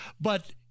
But-